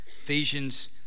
Ephesians